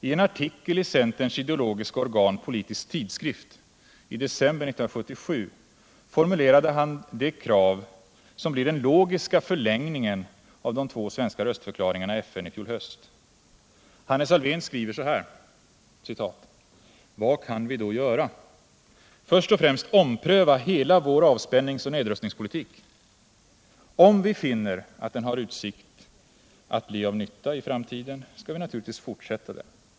I en artikel i centerns idépolitiska organ Politisk Tidskrift i december 1977 formulerar han det krav som blir den politiska förlängningen av de två svenska röstförklaringarna i FN i fjol höst. Hannes Alfvén skriver så här: ”Vad kan vi då göra? Först och främst ompröva hela vår avspänningsoch nedrustningspolitik. Om vi finner att den har utsikt att bli av nytta i framtiden, skall vi naturligtvis fortsätta med den.